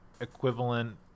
equivalent